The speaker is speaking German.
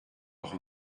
noch